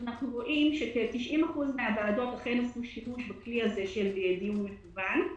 אנחנו רואים שכ-90% מן הוועדות אכן עשו שימוש בכלי הזה של דיון מקוון.